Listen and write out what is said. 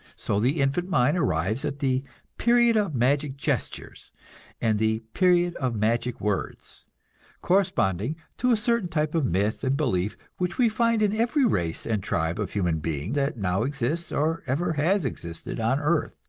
so the infant mind arrives at the period of magic gestures and the period of magic words corresponding to a certain type of myth and belief which we find in every race and tribe of human being that now exists or ever has existed on earth.